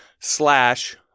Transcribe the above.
slash